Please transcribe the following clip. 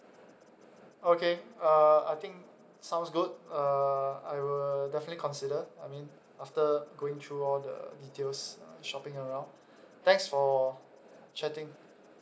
okay uh I think sounds good uh I will definitely consider I mean after going through all the details uh shopping around thanks for chatting